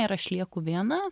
ir aš lieku viena